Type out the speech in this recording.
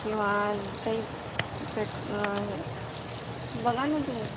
किंवा काही पेट्रो हे बघा ना तुम्ही